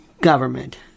government